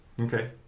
Okay